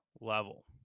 level